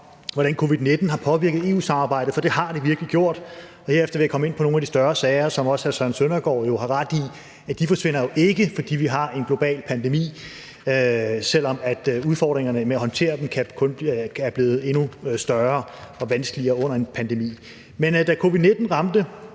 hvordan covid-19 har påvirket EU-samarbejdet, for det har det virkelig gjort. Herefter vil jeg komme ind på nogle af de større sager, som hr. Søren Søndergaard har ret i ikke forsvinder, fordi vi har en global pandemi, selv om udfordringerne med at håndtere dem kun er blevet endnu større og vanskelige under pandemien Da covid-19 for